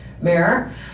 Mayor